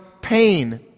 pain